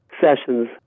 sessions